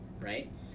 right